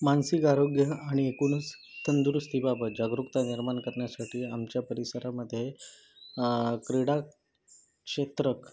मानसिक आरोग्य आणि एकूणच तंदुरुस्तीबाबत जागरुकता निर्माण करण्यासाठी आमच्या परिसरामध्ये क्रीडा क्षेत्र